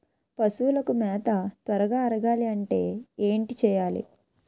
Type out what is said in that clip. పశువులకు మేత త్వరగా అరగాలి అంటే ఏంటి చేయాలి?